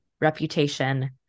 reputation